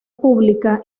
publica